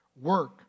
Work